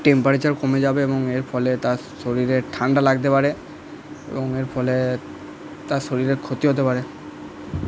temperature কমে যাবে এবং এর ফলে তার শরীরে ঠান্ডা লাগতে পারে এবং এর ফলে তার শরীরের ক্ষতি হতে পারে